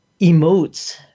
emotes